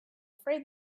afraid